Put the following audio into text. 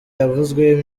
yavuzweho